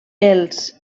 els